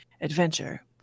adventure